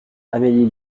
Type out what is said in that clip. amélie